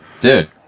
dude